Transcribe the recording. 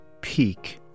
peak